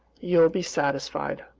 you'll be satisfied.